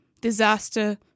disaster